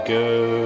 go